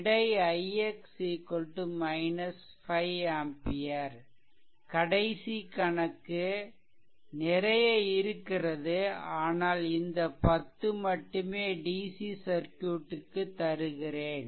விடை ix 5 ampere கடைசி கணக்கு நிறைய இருக்கிறது ஆனால் இந்த 10 மட்டுமே DC சர்க்யூட்டிற்க்கு தருகிறேன்